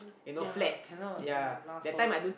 ya cannot you have last so long